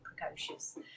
precocious